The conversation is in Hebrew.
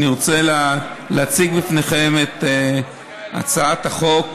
רוצה להציג בפניכם את הצעת החוק